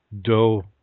Doe